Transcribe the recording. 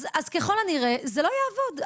אז ככל הנראה זה לא יעבוד.